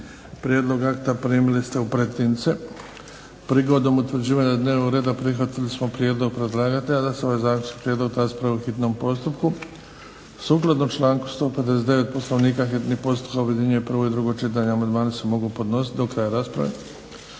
Prijedlog akta primili ste u pretince. Prigodom utvrđivanja dnevnog reda prihvatili smo prijedlog predlagatelja da se ovaj prijedlog raspravi u hitnom postupku. Sukladno članku 159. Poslovnika hitni postupak objedinjuje prvo i drugo čitanje. Amandmani se mogu podnositi do kraja rasprave.